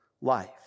life